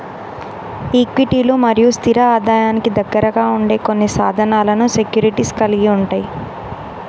ఈక్విటీలు మరియు స్థిర ఆదాయానికి దగ్గరగా ఉండే కొన్ని సాధనాలను సెక్యూరిటీస్ కలిగి ఉంటయ్